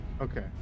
Okay